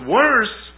worse